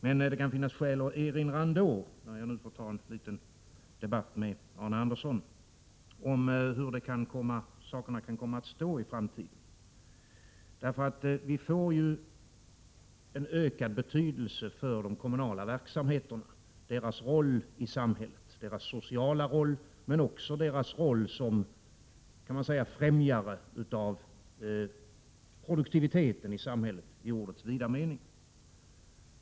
Men det kan ändå finnas skäl att erinra, när jag nu får föra en liten debatt med Arne Andersson, om hur det kan komma att bli i framtiden. De kommunala verksamheterna får ju en ökad betydelse. Det gäller deras sociala roll i samhället, men också deras roll som främjare av produktiviteten i samhället, i detta begrepps vidaste mening.